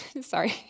Sorry